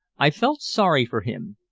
i felt sorry for him.